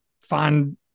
find